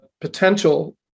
potential